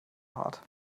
hart